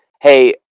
Hey